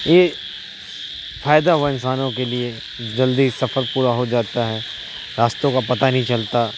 یہ فائدہ ہوا انسانوں کے لیے جلدی سفر پورا ہو جاتا ہے راستوں کا پتہ نہیں چلتا